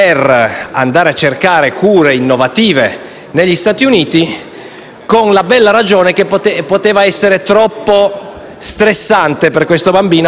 con la bella ragione che poteva essere troppo stressante per questo bambino affrontare il viaggio. L'alternativa era morire.